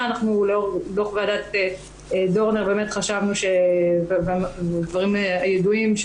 ודוח ועדת דורנר חשבנו והדברים ידועים,